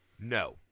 no